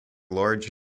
large